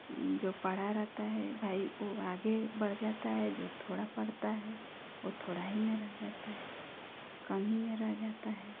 जो पढ़ा रहता है भाई वो आगे बढ़ जाता है जो थोड़ा पढ़ता है वो थोड़ा ही में रह जाता है कम ही में रह जाता है